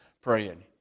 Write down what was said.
praying